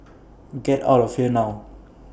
get out of here now